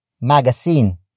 magazine